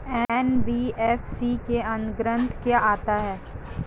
NBFC के अंतर्गत क्या आता है?